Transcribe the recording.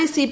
നാളെ സി